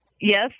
Yes